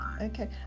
Okay